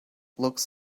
looks